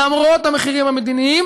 למרות המחירים המדיניים